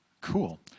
Cool